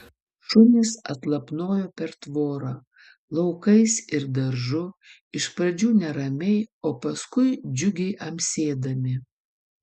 šunys atlapnojo per tvorą laukais ir daržu iš pradžių neramiai o paskui džiugiai amsėdami